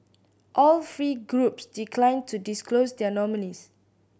all three groups declined to disclose their nominees